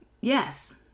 Yes